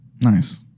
Nice